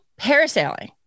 Parasailing